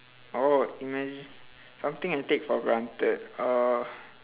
orh imagine something I take for granted uh